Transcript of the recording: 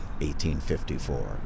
1854